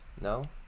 No